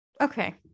okay